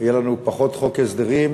יהיה לנו פחות חוק הסדרים,